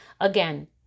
again